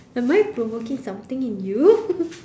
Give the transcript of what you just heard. am I provoking something in you